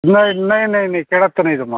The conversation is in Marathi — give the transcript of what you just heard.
नाही नाही नाही नाही केळ्यात तर नाही जमत